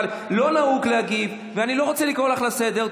אבל לא נהוג להגיב, ואני לא רוצה לקרוא אותך לסדר.